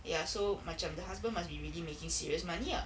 ya so macam the husband must be really making serious money ah